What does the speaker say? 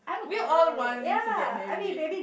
we all want to get married